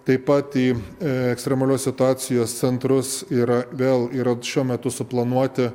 taip pat į ekstremalios situacijos centrus ir vėl yra šiuo metu suplanuoti